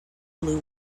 blue